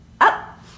Up